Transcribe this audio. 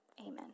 amen